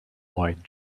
wide